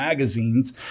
magazines